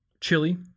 chili